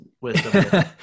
wisdom